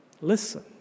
Listen